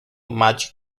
magic